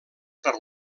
per